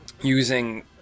using